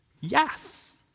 Yes